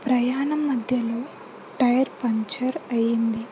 ప్రయాణం మధ్యలో tyre puncture అయ్యింది